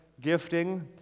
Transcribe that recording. gifting